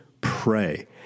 pray